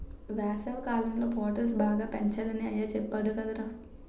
వేసవికాలంలో పొటల్స్ బాగా పెంచాలని అయ్య సెప్పేడు కదరా